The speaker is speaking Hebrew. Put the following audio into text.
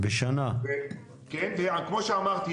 כמו שאמרתי,